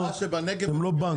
הבעיה שבנגב ובגליל,